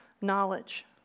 knowledge